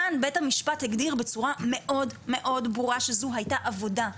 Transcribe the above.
כאן בית המשפט הגדיר בצורה מאוד מאוד ברורה שזו הייתה עבודה.